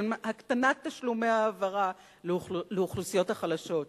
הקטנת תשלומי העברה לאוכלוסיות החלשות,